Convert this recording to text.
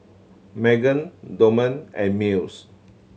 Magen Dorman and Mills